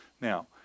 Now